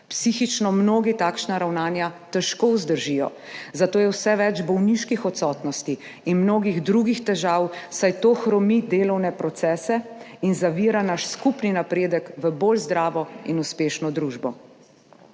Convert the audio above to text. Psihično mnogi takšna ravnanja težko vzdržijo, zato je vse več bolniških odsotnosti in mnogih drugih težav, saj to hromi delovne procese in zavira naš skupni napredek v bolj zdravo in uspešno družbo.